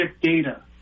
data